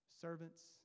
Servants